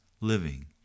living